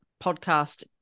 podcast